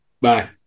Bye